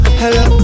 hello